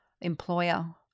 employer